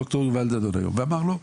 באמת, ד"ר יובל דאדון היום ואמר: לא,